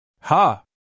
Ha